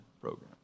program